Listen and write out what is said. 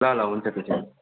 ल ल हुन्छ